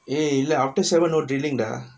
eh after seven no dealing lah